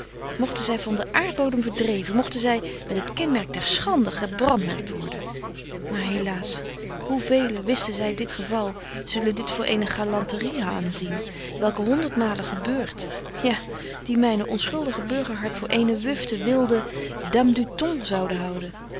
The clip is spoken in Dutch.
mogten zy van den aardbodem verdreven mogten zy met het kenmerk der schande gebrandmerkt worden maar helaas hoe velen wisten zy dit geval zullen dit voor eene galanterie aanzien welke honderdmalen gebeurt ja die myne onschuldige burgerhart voor eene wufte wilde dame du ton zullen houden